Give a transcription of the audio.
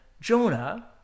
Jonah